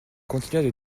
continua